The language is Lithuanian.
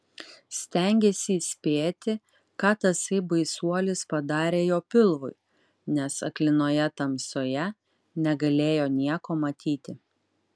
stengėsi įspėti ką tasai baisuolis padarė jo pilvui nes aklinoje tamsoje negalėjo nieko matyti